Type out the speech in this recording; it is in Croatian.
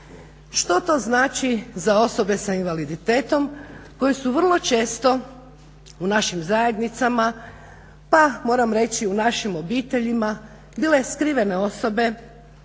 Što to znači za osobe s invaliditetom koje su vrlo često u našim zajednicama pa moram reći u našim obiteljima bile skrivene osobe